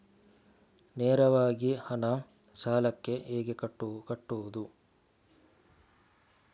ನೇರವಾಗಿ ಹಣ ಸಾಲಕ್ಕೆ ಹೇಗೆ ಕಟ್ಟುವುದು?